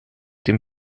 dem